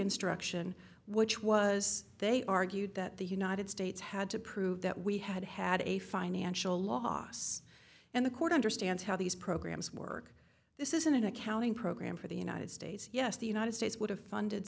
instruction which was they argued that the united states had to prove that we had had a financial loss and the court understands how these programs work this is an accounting program for the united states yes the united states would have funded